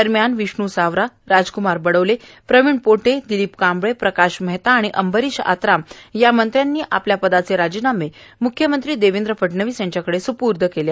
दरम्यान विष्णू सावरा राजक्मार बडोले प्रवीण पोटे दिलीप कांबळे प्रकाश मेहता आणि अंबरिश अत्राम या मंत्र्यांनी आपल्या पदाचे राजीनामे मुख्यमंत्री देवेंद्र फडणवीस यांच्याकडे स्पूर्द केले